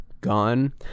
gone